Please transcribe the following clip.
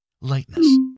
lightness